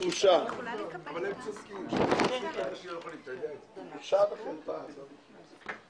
הישיבה ננעלה בשעה 12:49.